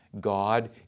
God